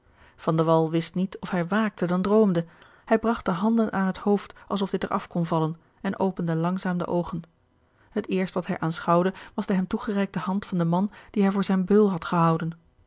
wist niet of hij waakte dan droomde hij bragt de handen aan het hoofd alsof dit er af kon vallen en opende langzaam de oogen het eerst wat hij aanschouwde was de hem toegereikte hand van den man dien hij voor zijn beul had gehouden